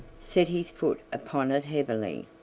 set his foot upon it heavily.